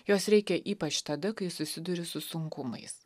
jos reikia ypač tada kai susiduri su sunkumais